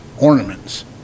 ornaments